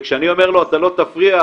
וכשאני אומר לו: אתה לא תפריע,